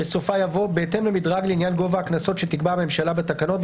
בסופה יבוא "בהתאם למדרג לעניין גובה הקנסות שתקבע הממשלה בתקנות,